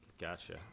Gotcha